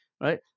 Right